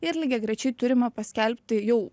ir lygiagrečiai turime paskelbti jau